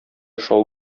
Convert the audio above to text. шау